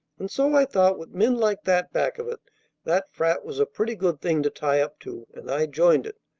and so i thought with men like that back of it that frat was a pretty good thing to tie up to, and i joined it,